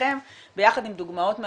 בעזרתכם ביחד עם דוגמאות מהעולם,